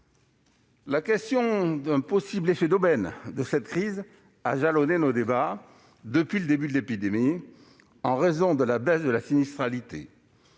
La question d'un possible « effet d'aubaine » de cette crise a jalonné nos débats depuis le début de l'épidémie, en raison de la baisse de la sinistralité.